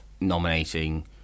nominating